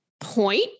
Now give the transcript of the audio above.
point